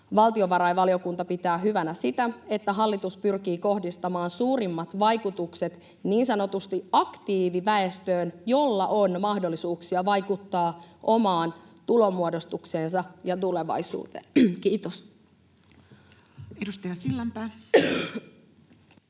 Valtiovarainvaliokunta pitää hyvänä sitä, että hallitus pyrkii kohdistamaan suurimmat vaikutukset niin sanotusti aktiiviväestöön, jolla on mahdollisuuksia vaikuttaa omaan tulonmuodostukseensa ja tulevaisuuteen.” — Kiitos. [Speech